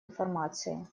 информации